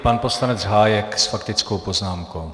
Pan poslanec Hájek s faktickou poznámkou.